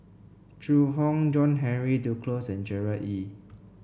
Zhu Hong John Henry Duclos and Gerard Ee